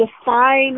define